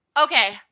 Okay